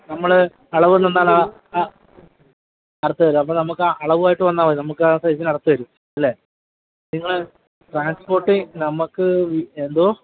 നമ്മള് അളവു തന്നാല് ആ ആ അറുത്ത് തരാം അപ്പോള് നമ്മള്ക്കാ ആ അളവുമായിട്ട് വന്നാല് മതി നമുക്കാ സൈസ്സിന് അറുത്തു തരും അല്ലേ നിങ്ങള് ട്രാൻസ്പോർട്ടിംഗ് നമ്മള്ക്ക് എന്തോ